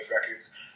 Records